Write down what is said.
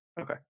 Okay